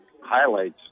highlights